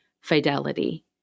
fidelity